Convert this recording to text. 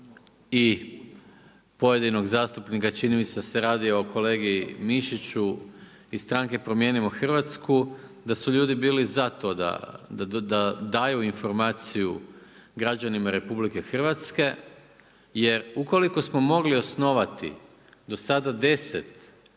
i pojedinog zastupnika, čini mi se da se radi o kolegi Mišiću iz stranke Promijenimo Hrvatsku da su ljudi bili za to da daju informaciju građanima RH jer ukoliko smo mogli osnovati do sada deset